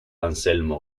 anselmo